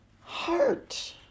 heart